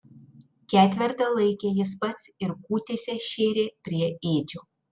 ketvertą laikė jis pats ir kūtėse šėrė prie ėdžių